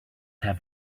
have